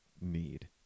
need